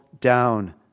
down